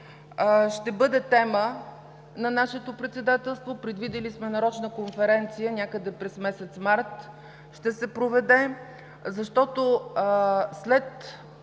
Ще бъде тема на нашето председателство, предвидили сме нарочно конференция, някъде през месец март ще се проведе, защото след